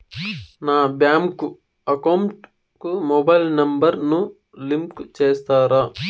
నా bank account కు mobile number ను లింకు చేస్తారా?